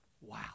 wow